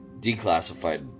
declassified